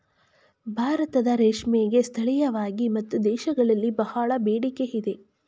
ಭಾರತದ ರೇಷ್ಮೆಗೆ ಸ್ಥಳೀಯವಾಗಿ ಮತ್ತು ದೇಶಗಳಲ್ಲಿ ಬಹಳ ಬೇಡಿಕೆ ಇದೆ